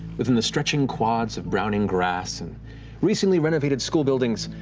within the stretching quads of browning grass and recently renovated school buildings,